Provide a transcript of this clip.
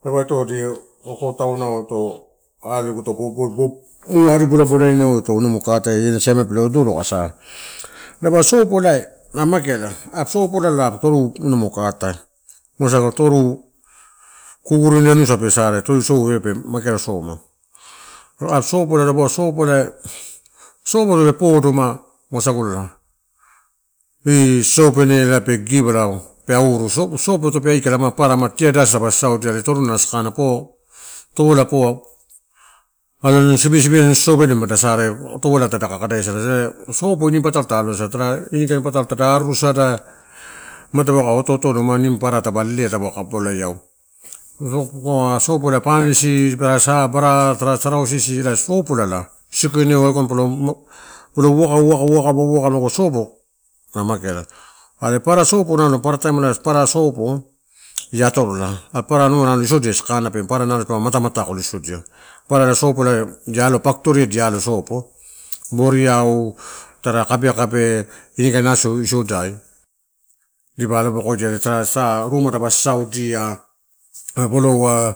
Dapa ito di okotaunauto ari boto bobo bolabola inau emuto ena siamela pelo odoro aka sa. Dapaua sopo ela mageala, apuku sopolala apuku toru ina magukatai wasagu toru kukurun anasa pe saraia iso ela pe mageala soma. O a sopo ela dapau sopo ela sopo ela podo ma wasagula. Ini sosopene lape gipa lau pe auruo sopu sopo ei kerama parama kiadas taba saudiama toruna na sakanna po torola poau alon sibisibi sosopene mada saraia ida torola tadaka kadaia sada, one sopo ini patalo ta alo aisala turu ini kain patalo tada ari rusada ma tadaka ooto onoto mani papara daba lelea taupe e kai bolaiau. sopo elai panisi asa bra, tara trausisi ere sopolala. Sikoneu ago polo uwaka-uwaka-uwaka lago sopo a mageala. Are papara sopo nalo paparataim na papara sopo, ia atorola are papara anuai isodia sakana, pe papara nalo dipaua matamata isodia. Papara sopo laia dialon factory dialon sopo, boriau, tara kabekabe, ini kain auso isodai dipa alobokodia tara sa, ruma dapa sasauidia ah polou ah,